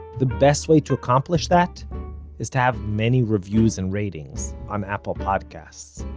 the best way to accomplish that is to have many reviews and ratings on apple podcasts.